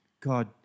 God